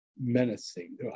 menacing